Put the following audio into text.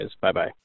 Bye-bye